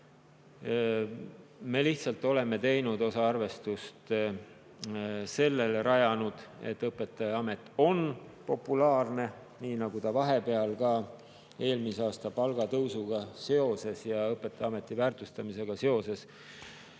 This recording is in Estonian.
Me lihtsalt oleme osa arvestust sellele rajanud, et õpetajaamet on populaarne, nii nagu see vahepeal eelmise aasta palgatõusuga seoses ja õpetajaameti väärtustamisega seoses